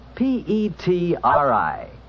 P-E-T-R-I